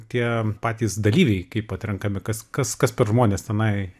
tie patys dalyviai kaip atrenkami kas kas kas per žmonės tenai